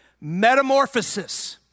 metamorphosis